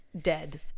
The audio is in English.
dead